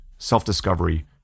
self-discovery